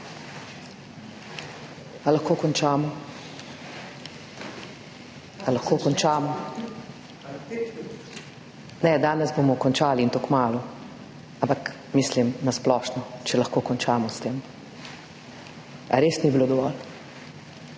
Ali lahko končamo? / oglašanje iz dvorane/ Ne, danes bomo končali, in to kmalu, ampak mislim na splošno, če lahko končamo s tem. Ali res ni bilo dovolj?